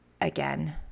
again